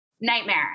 nightmare